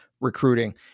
recruiting